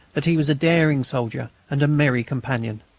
that he was a daring soldier and a merry companion.